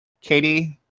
Katie